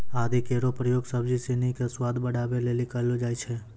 आदि केरो प्रयोग सब्जी सिनी क स्वाद बढ़ावै लेलि कयलो जाय छै